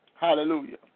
Hallelujah